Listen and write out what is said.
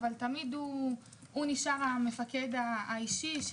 אבל הוא תמיד נשאר המפקד האישי שלי,